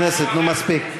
חברי הכנסת, נו, מספיק.